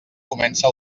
comença